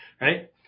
Right